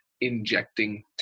injecting